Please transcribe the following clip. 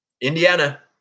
Indiana